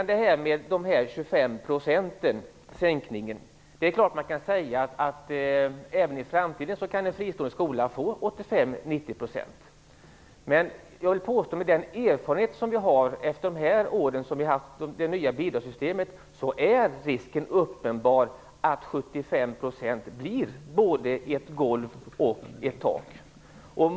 När det gäller sänkningen på 25 % är det klart att man kan säga att en fristående skola kan få 85-90 % även i framtiden. Men med den erfarenhet vi har efter de år som vi har haft det nya bidragssystem vill jag påstå att risken är uppenbar att 75 % blir både ett golv och ett tak.